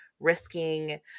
risking